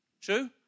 True